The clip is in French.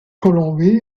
colombie